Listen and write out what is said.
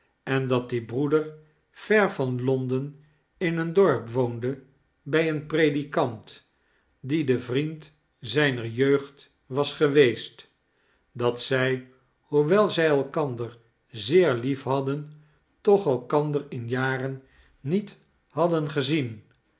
en dat die broeder ver van londen in een dorp woonde bij een predikant die de vriend zij ner jeugd was geweest dat zij hoewel zij elkander zeer liefhadden toch elkander in jaren niet hadden gezien